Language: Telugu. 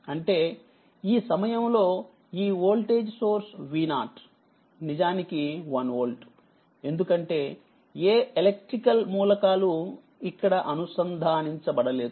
అంటే ఈ సమయంలో ఈ వోల్టేజ్ సోర్స్ V0 నిజానికి1వోల్ట్ఎందుకంటేఏఎలక్ట్రికల్ మూలకాలు ఇక్కడ అనుసంధానించబడలేదు